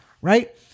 right